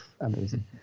amazing